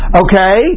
okay